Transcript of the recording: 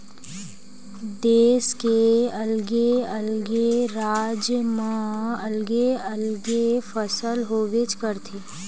देस के अलगे अलगे राज म अलगे अलगे फसल होबेच करथे